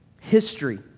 history